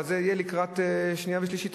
אבל זה יהיה לקראת קריאה שנייה ושלישית,